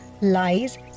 lies